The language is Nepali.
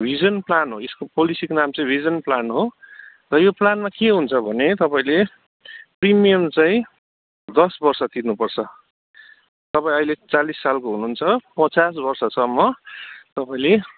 रिजन प्लान हो यसको पोलिसीको नाम चाहिँ रिजन प्लान हो र यो प्लानमा के हुन्छ भने चाहिँ तपाईँले प्रिमियम चाहिँ दस वर्ष तिर्नुपर्छ तपाईँ अहिले चालिस सालको हुनुहुन्छ पचास वर्षसम्म तपाईँले